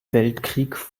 weltkrieg